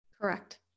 Correct